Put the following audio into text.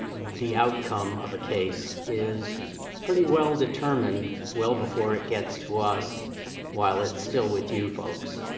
the outcome of a case is pretty well-determined well before it gets to us while it's still with you, folks.